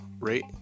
rate